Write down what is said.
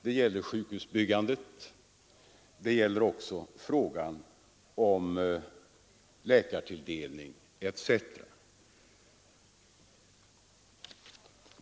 Det gäller sjukhusbyggandet, frågan om läkartilldelning etc.